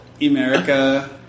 America